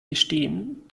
gestehen